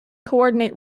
coordinate